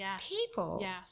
people